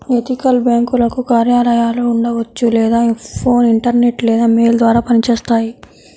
ethical బ్యేంకులకు కార్యాలయాలు ఉండవచ్చు లేదా ఫోన్, ఇంటర్నెట్ లేదా మెయిల్ ద్వారా పనిచేస్తాయి